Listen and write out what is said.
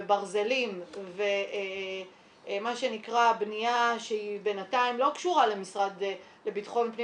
ברזלים ומה שנקרא בנייה שהיא בינתיים לא קשורה למשרד לביטחון פנים